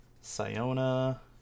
Siona